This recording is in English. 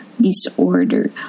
disorder